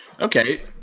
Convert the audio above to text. Okay